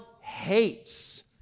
hates